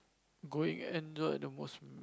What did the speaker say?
going and the and the most